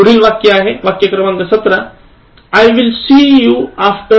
पुढील वाक्य I will see you after a week